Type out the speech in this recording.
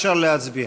אפשר להצביע.